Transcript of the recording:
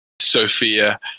Sophia